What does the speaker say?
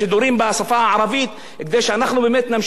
כדי שאנחנו באמת נמשיך להיות מדינה נאורה ומתקדמת.